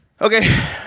Okay